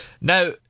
now